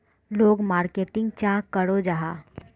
लोग मार्केटिंग चाँ करो जाहा?